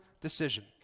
decision